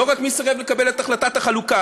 לא רק מי סירב לקבל את החלטת החלוקה,